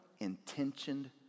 Intentioned